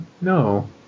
no